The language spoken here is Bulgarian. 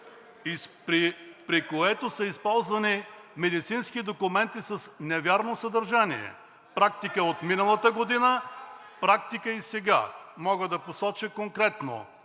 при което са използвани медицински документи с невярно съдържание. Практика е от миналата година, практика е и сега. Мога да посоча конкретно